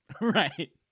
Right